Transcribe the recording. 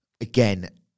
Again